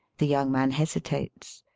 the young man hesitates.